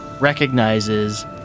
recognizes